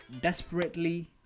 desperately